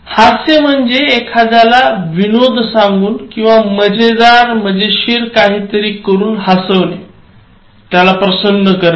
हास्य म्हणजे एखाद्याला विनोद सांगून किंवा मजेदार काही करून हसवणे त्याला प्रसन्न करणे